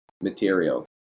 material